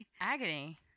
agony